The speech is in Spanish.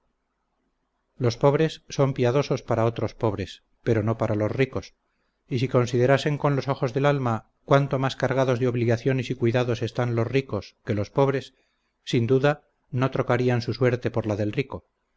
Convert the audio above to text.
los pobres son piadosos para otros pobres pero no para los ricos y si considerasen con los ojos del alma cuánto mas cargados de obligaciones y cuidados están los ricos que los pobres sin duda no trocarían su suerte por la del rico